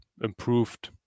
improved